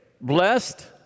Blessed